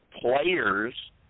players